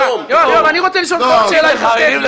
אני רוצה לשאול אותך עוד שאלה היפותטית.